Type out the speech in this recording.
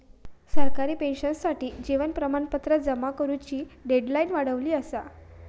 सरकारी पेंशनर्ससाठी जीवन प्रमाणपत्र जमा करुची डेडलाईन वाढवली असा